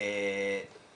יאפשר זאת.